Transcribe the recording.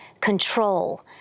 control